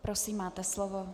Prosím, máte slovo.